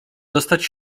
zostać